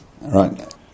right